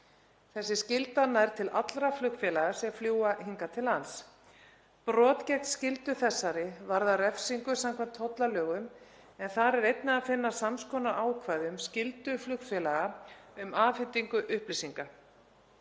Þessi skylda nær til allra flugfélaga sem fljúga hingað til lands. Brot gegn skyldu þessari varðar refsingu samkvæmt tollalögum, en þar er einnig að finna sams konar ákvæði um skyldu flugfélaga um afhendingu upplýsinga.